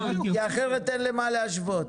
כי אחרת, אין למה להשוות.